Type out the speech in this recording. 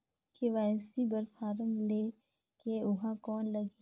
KYC बर form ले के ऊहां कौन लगही?